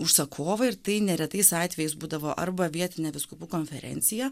užsakovai ir tai neretais atvejais būdavo arba vietinė vyskupų konferencija